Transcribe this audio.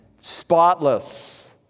Spotless